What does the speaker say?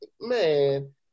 man